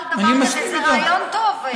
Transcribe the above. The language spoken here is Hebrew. זה רעיון טוב.